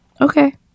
Okay